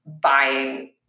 buying